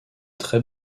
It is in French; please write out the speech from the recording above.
très